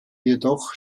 jedoch